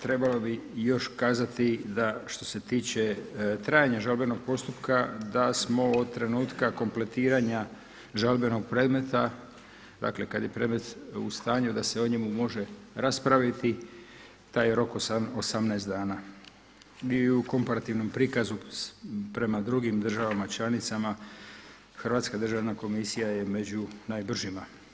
Trebalo bi još kazati da što se tiče trajanja žalbenog postupka da smo od trenutka kompletiranja žalbenog predmeta, dakle kad je predmet u stanju da se o njemu može raspraviti taj rok 18 dana bi u komparativnom prikazu prema drugim državama članicama Hrvatska državna komisija je među najbržima.